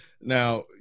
Now